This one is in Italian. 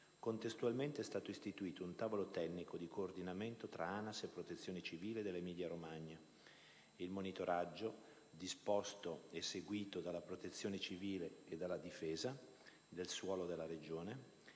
Contestualmente, è stato istituito un tavolo tecnico di coordinamento tra ANAS e Protezione civile dell'Emilia-Romagna. Il monitoraggio, disposto e seguito dalla Protezione civile e dalla Difesa del suolo della Regione,